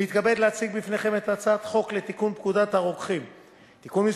אני מתכבד להציג בפניכם את הצעת חוק לתיקון פקודת הרוקחים (מס'